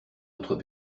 autres